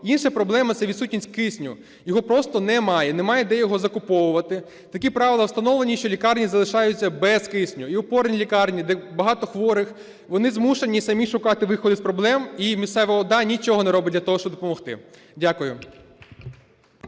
Інша проблема – це відсутність кисню, його просто немає. Немає де його закуповувати. Такі правила встановлені, що лікарні залишаються без кисню. І опорні лікарні, де багато хворих, вони змушені самі шукати вихід із проблем. І місцева ОДА нічого не робить для того, щоб допомогти. Дякую.